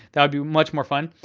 that would be much more fun.